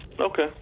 okay